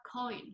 coin